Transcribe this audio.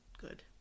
good